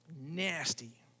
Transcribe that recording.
Nasty